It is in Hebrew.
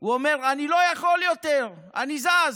הוא אמר: אני לא יכול יותר, אני זז.